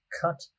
cut